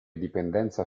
dipendenza